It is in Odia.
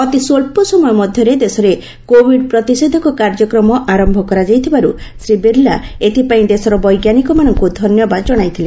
ଅତିସ୍ୱଚ୍ଚ ସମୟ ମଧ୍ୟରେ ଦେଶରେ କୋବିଡ୍ ପ୍ରତିଷେଧକ କାର୍ଯ୍ୟକ୍ରମ ଆରମ୍ଭ କରାଯାଇଥିବାରୁ ଶ୍ରୀ ବିର୍ଲା ଏଥିପାଇଁ ଦେଶର ବୈଜ୍ଞାନିକମାନଙ୍କୁ ଧନ୍ୟବାଦ ଜଣାଇଥିଲେ